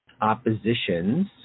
oppositions